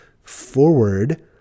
forward